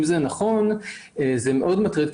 אם זה נכון זה מאוד מטריד,